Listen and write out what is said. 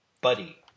buddy